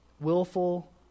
willful